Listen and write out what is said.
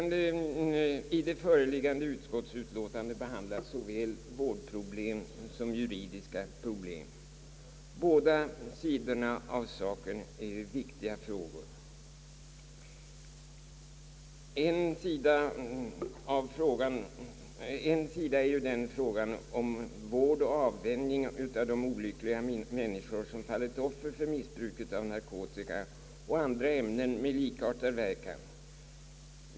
I det föreliggande utskottsutlåtandet behandlas såväl vårdproblem som juridiska problem. Båda slagen av problem är lika viktiga. En fråga utgör vården och avvänjningen av de olyckliga människor som fallit offer för missbruk av narkotika och andra ämnen med likartad verkan.